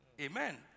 Amen